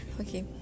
Okay